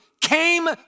came